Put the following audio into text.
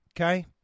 Okay